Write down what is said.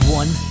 one